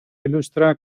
ilustra